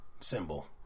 symbol